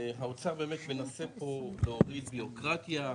האוצר באמת מנסה פה להוריד בירוקרטיה,